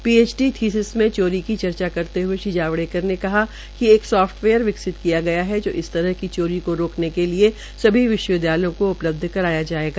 P H D thesis में चोरी की चर्चा करते हए श्री जावड़ेकर ने कहा कि एक सोफ्टवेयर विकसित किया गया है जो इस तरह की चोरी को रोकने के लिए सभी विश्वविद्यालयों को उपलब्ध कराया जायेगा